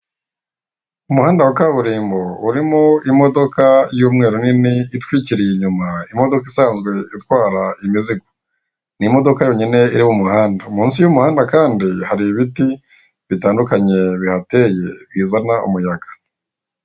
Umuhanda wa kaburimbo irimo imodoka y'umweru nini itwikiriye inyuma, imodoka isanzwe itwara imizigo, ni imodoka yonyine iri mu muhanda. Munsi y'umuhanda kandi hari ibiti bitandukanye bihateye bizana umuyaga.